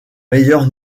meilleur